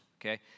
Okay